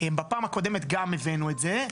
בפעם הקודמת גם הבאנו את זה,